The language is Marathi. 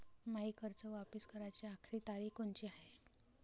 मायी कर्ज वापिस कराची आखरी तारीख कोनची हाय?